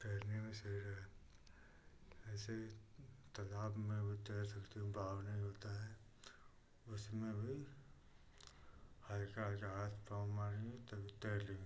तैरने में सही रहेगा ऐसे ही तलाब में भी तैर सकते हो बावने होता है उसमें भी हल्का हल्का हाथ पाँव मारिए ताकि तैर लेंगे